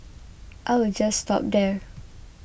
I will just stop there